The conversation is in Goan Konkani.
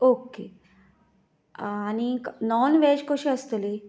ओको आनी नॉन वेज कशी आसतली